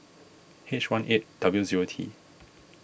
H one eight W zero T